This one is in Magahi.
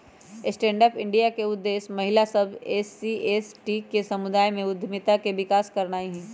स्टैंड अप इंडिया के उद्देश्य महिला सभ, एस.सी एवं एस.टी समुदाय में उद्यमिता के विकास करनाइ हइ